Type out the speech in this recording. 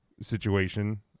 situation